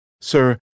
Sir